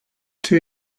two